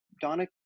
Donna